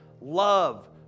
love